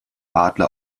adler